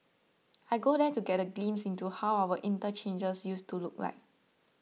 I go there to get a glimpse into how our interchanges used to look like